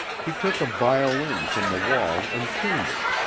he took a violin from the wall and tuned it,